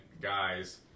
guys